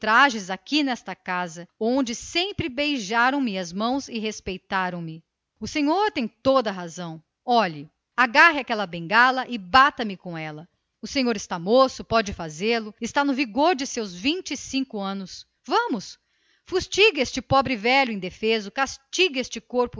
ultrajes aqui nesta casa onde sempre me beijaram a mão o senhor está no seu direito olhe agarre aquela bengala e bata me com ela está moço pode fazê-lo está no vigor dos seus vinte e cinco anos vamos fustigue este pobre velho indefeso castigue este corpo